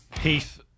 Heath